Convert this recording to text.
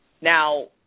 Now